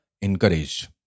encouraged